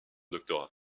doctorat